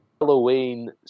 Halloween